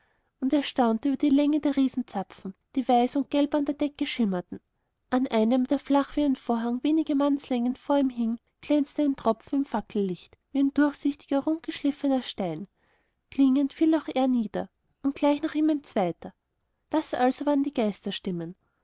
und er staunte über die länge der riesenzapfen die weiß und gelb an der decke schimmerten an einem der flach wie ein vorhang wenige mannslängen vor ihm hing glänzte ein tropfen im fackellicht wie ein durchsichtiger rundgeschliffener stein klingend fiel auch er nieder und gleich nach ihm ein zweiter das also waren die